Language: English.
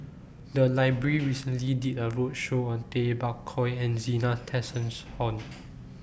The Library recently did A roadshow on Tay Bak Koi and Zena Tessensohn